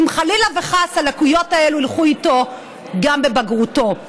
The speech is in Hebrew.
אם חלילה וחס הלקויות האלה ילכו איתו גם בבגרותו.